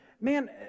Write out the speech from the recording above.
man